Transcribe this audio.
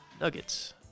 nuggets